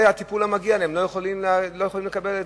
זה הטיפול המגיע להם הם לא יכולים לקבל אותה.